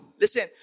listen